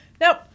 Nope